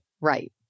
Right